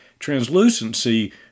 Translucency